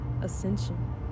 ascension